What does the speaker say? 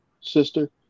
sister